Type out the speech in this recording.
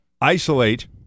isolate